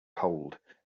cold